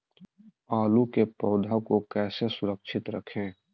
आलू के पौधा को कैसे सुरक्षित रखें?